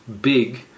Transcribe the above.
big